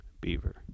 Beaver